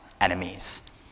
enemies